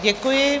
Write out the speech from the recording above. Děkuji.